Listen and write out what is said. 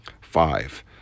five